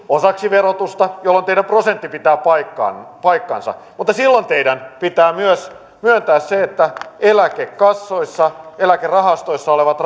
osaksi verotusta jolloin teidän prosenttinne pitää paikkansa mutta silloin teidän pitää myös myöntää se että eläkekassoissa eläkerahastoissa olevat